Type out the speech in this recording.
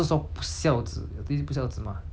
oh 不孝女 !aiya! whatever lah